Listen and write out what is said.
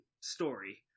story